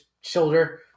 shoulder